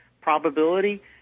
Probability